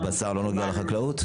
הבשר לא נוגע לחקלאות?